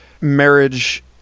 marriage